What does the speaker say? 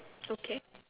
okay